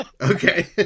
Okay